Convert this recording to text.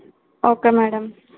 okay madam